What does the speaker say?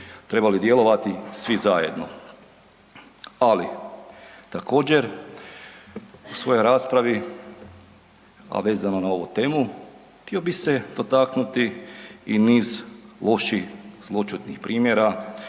trebali djelovati svi zajedno. Ali također u svojoj raspravi, a vezano na ovu temu htio bih se dotaknuti i niz loših zloćudnih primjera